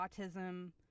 autism